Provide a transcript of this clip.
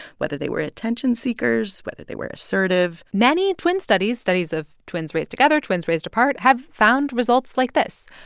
whether they were attention-seekers, whether they were assertive many twin studies studies of twins raised together, twins raised apart have found results like this.